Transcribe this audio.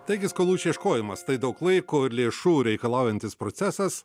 taigi skolų išieškojimas tai daug laiko ir lėšų reikalaujantis procesas